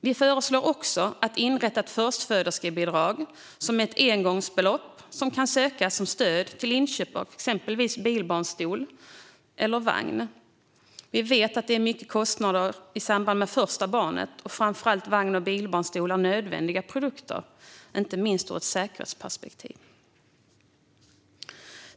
Vi föreslår också att inrätta ett förstföderskebidrag, som är ett engångsbelopp som kan sökas som stöd till inköp av exempelvis bilbarnstol eller vagn. Vi vet att det är stora kostnader i samband med första barnet och att framför allt vagn och bilbarnstol är nödvändiga produkter, inte minst ur ett säkerhetsperspektiv.